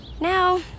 Now